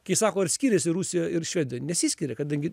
kai sako ar skiriasi rusija ir švedija nesiskiria kadangi